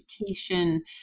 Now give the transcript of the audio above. education